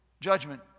judgment